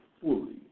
fully